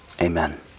Amen